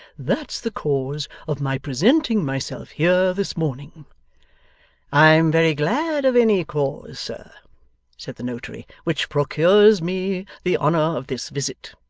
that's the cause of my presenting myself here this morning i am very glad of any cause, sir said the notary, which procures me the honour of this visit